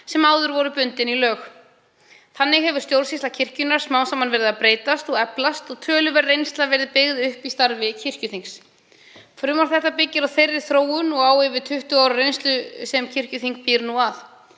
sem áður voru bundin í lög. Þannig hefur stjórnsýsla kirkjunnar smám saman verið að breytast og eflast og töluverð reynsla verið byggð upp í starfi kirkjuþings. Frumvarp þetta byggir á þeirri þróun og yfir 20 ára reynslu sem kirkjuþing býr að.